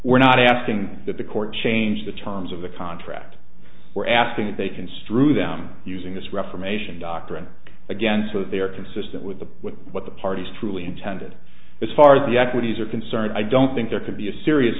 we're not asking that the court change the terms of the contract we're asking that they construe them using this reformation doctrine again so they are consistent with the with what the parties truly intended as far as the equities are concerned i don't think there could be a serious